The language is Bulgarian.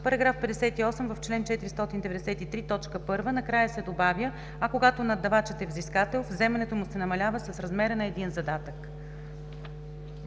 58. „§ 58. В чл. 493, т. 1 накрая се добавя: „а когато наддавачът е взискател, вземането му се намалява с размера на един задатък.“